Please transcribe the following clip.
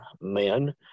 men